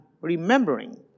remembering